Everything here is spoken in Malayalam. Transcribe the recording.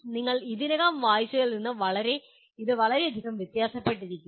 നിങ്ങൾ ഇതിനകം വായിച്ചതിൽ നിന്ന് ഇത് വളരെയധികം വ്യത്യാസപ്പെട്ടിരിക്കില്ല